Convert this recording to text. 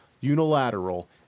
unilateral